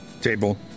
table